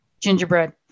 Gingerbread